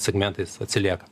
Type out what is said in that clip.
segmentais atsilieka